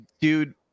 Dude